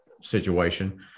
situation